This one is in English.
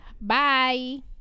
Bye